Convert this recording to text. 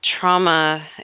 trauma